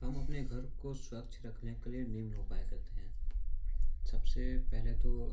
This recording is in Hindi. हम अपने घर को स्वच्छ रखने के लिए निम्न उपाय करते हैं सबसे पहले तो